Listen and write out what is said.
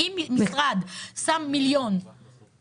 אם משרד